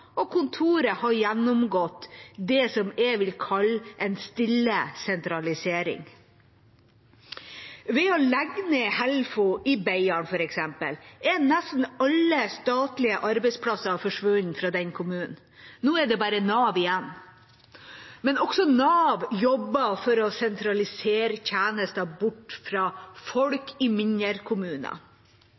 og kontoret har gjennomgått det jeg vil kalle en stille sentralisering. Med nedleggingen av Helfo i Beiarn er nesten alle statlige arbeidsplasser forsvunnet fra den kommunen. Nå er det bare Nav igjen, men også Nav jobber for å sentralisere tjenestene bort fra folk i mindre kommuner.